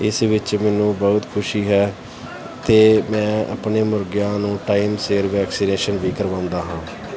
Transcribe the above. ਇਸ ਵਿੱਚ ਮੈਨੂੰ ਬਹੁਤ ਖੁਸ਼ੀ ਹੈ ਅਤੇ ਮੈਂ ਆਪਣੇ ਮੁਰਗਿਆਂ ਨੂੰ ਟਾਈਮ ਸਿਰ ਵੈਕਸੀਨੇਸ਼ਨ ਵੀ ਕਰਵਾਉਂਦਾ ਹਾਂ